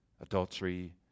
Adultery